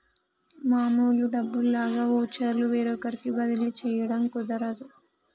మామూలు డబ్బుల్లాగా వోచర్లు వేరొకరికి బదిలీ చేయడం కుదరదు